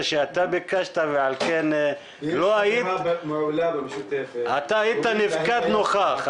שאתה ביקשת ועל כן אתה היית נפקד נוכח.